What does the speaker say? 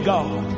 God